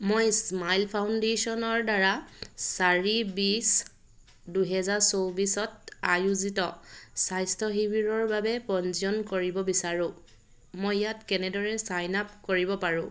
মই স্মাইল ফাউনডেছনৰ দ্বাৰা চাৰি বিছ দুহেজাৰ চৌব্বিছত আয়োজিত স্বাস্থ্য শিবিৰৰ বাবে পঞ্জীয়ন কৰিব বিচাৰোঁ মই ইয়াত কেনেদৰে ছাইন আপ কৰিব পাৰোঁ